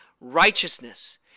righteousness